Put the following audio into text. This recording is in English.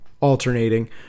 alternating